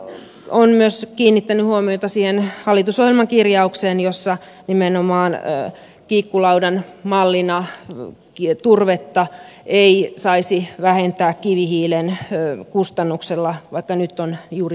valiokunta on myös kiinnittänyt huomiota siihen hallitusohjelman kirjaukseen jossa nimenomaan kiikkulaudan mallina turvetta ei saisi vähentää kivihiilen kustannuksella vaikka nyt on juuri näin käynyt